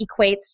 equates